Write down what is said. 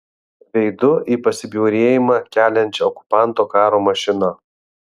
veidu į pasibjaurėjimą keliančią okupanto karo mašiną